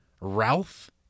Ralph